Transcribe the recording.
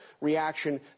reaction